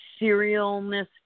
serialness